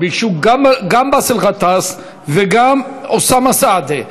גם באסל גטאס וגם אוסאמה סעדי,